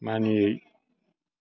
मानियै